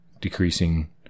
decreasing